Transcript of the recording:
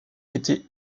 était